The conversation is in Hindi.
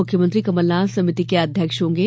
मुख्यमंत्री कमल नाथ समिति के अध्यक्ष होंगे